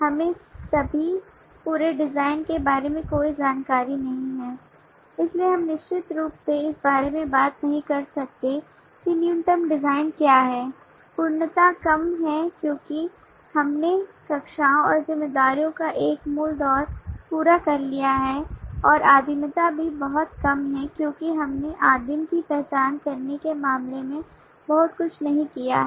हमें अभी पूरे डिजाइन के बारे में कोई जानकारी नहीं है इसलिए हम निश्चित रूप से इस बारे में बात नहीं कर सकते कि न्यूनतम डिजाइन क्या है पूर्णता कम है क्योंकि हमने कक्षाओं और जिम्मेदारियों का एक मूल दौर पूरा कर लिया है और आदिमता भी बहुत कम है क्योंकि हमने आदिम की पहचान करने के मामले में बहुत कुछ नहीं किया है